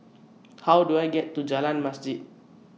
How Do I get to Jalan Masjid